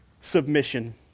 submission